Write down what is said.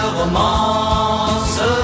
romance